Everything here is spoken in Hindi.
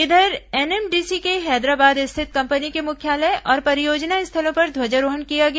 इधर एनएमडीसी के हैदराबाद स्थित कंपनी के मुख्यालय और परियोजना स्थलों पर ध्वजारोहण किया गया